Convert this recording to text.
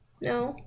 No